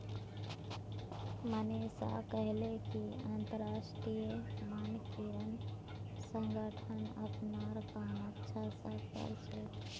मनीषा कहले कि अंतरराष्ट्रीय मानकीकरण संगठन अपनार काम अच्छा स कर छेक